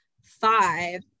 Five